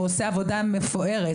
ועושה עבודה מפוארת.